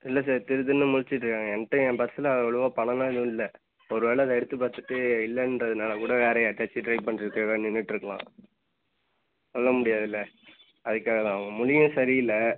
இல்லை சார் திரு திருன்னு முழிச்சிட்டுருக்காங்க என்கிட்ட என் பர்ஸில் அவ்வளோவா பணலாம் எதுவும் இல்லை ஒரு வேள அதை எடுத்து பார்த்துட்டு இல்லைன்றதுனால கூட வேறு யார்ட்டியாச்சும் ட்ரை பண்ணுறக்காகவே நின்றுட்ருக்கலாம் சொல்ல முடியாதுல்ல அதுக்காக தான் அவங்க முழியும் சரி இல்லை